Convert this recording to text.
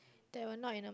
there will not enough